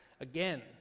again